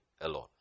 alone